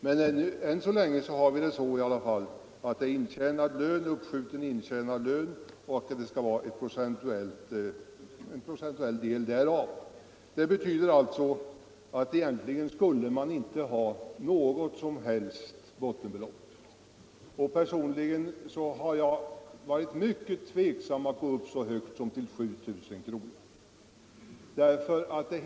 Men än så länge har vi i alla fall den principen att pensionen är en procentuell del av uppskjuten intjänad lön. Det betyder att det egentligen inte skulle finnas något som helst bottenbelopp och personligen har jag ställt mig mycket tveksam till att gå upp så högt som till 7 000 kr.